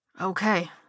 Okay